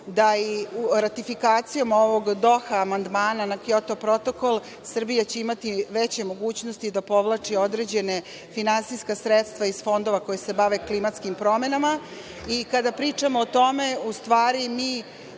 da će ratifikacijom ovog Doha amandmana na Kjoto protokol Srbija imati veće mogućnosti da povlači određena finansijska sredstva iz fondova koji se bave klimatskim promenama. Kada pričamo o tome, u stvari,